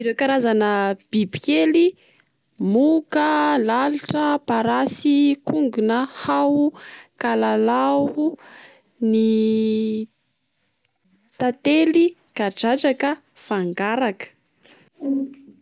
Ireo karazana bibikely: moka, lalitra, parasy, kongona, hao, kalalao, nytantely, kadradraka, fangaraka.